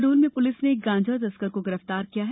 शहडोल में पुलिस ने एक गांजा तस्कर को गिरफ्तार किया है